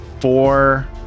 four